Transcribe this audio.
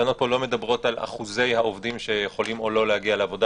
התקנות פה לא מדברות על אחוזי העובדים שיכולים או לא להגיע לעבודה.